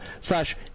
slash